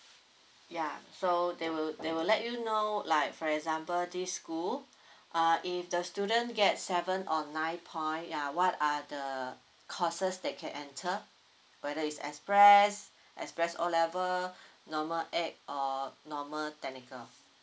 ya so they will they will let you know like for example this school uh if the student get seven or nine point ya what are the courses they can enter whether it's express express O level normal ac~ or normal technical